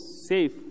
safe